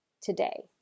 today